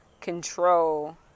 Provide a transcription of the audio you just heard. control